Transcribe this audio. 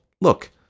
Look